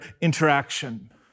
interaction